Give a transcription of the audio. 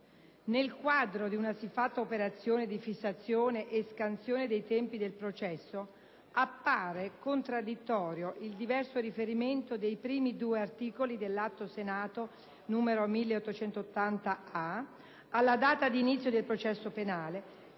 Nel quadro di una siffatta operazione di fissazione e scansione dei tempi del processo, appare contraddittorio il diverso riferimento dei primi due articoli del disegno di legge n. 1880-A alla data di inizio del processo penale,